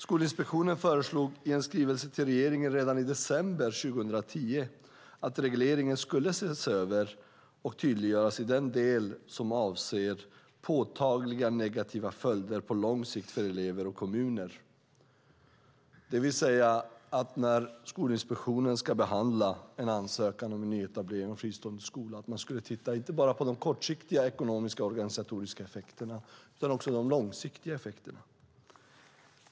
Skolinspektionen föreslog i en skrivelse till regeringen redan i december 2010 att regleringen skulle ses över och tydliggöras i den del som avser påtagliga negativa följder på lång sikt för elever och kommuner, det vill säga att när Skolinspektionen ska behandla en ansökan om en nyetablering av fristående skola ska man inte bara titta på de kortsiktiga ekonomiska och organisatoriska effekterna utan också på de långsiktiga effekterna.